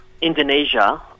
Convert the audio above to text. Indonesia